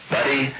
Buddy